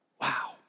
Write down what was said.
Wow